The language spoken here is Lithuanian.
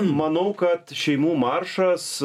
manau kad šeimų maršas